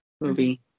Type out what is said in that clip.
movie